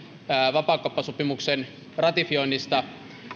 vapaakauppasopimuksen ratifioinnista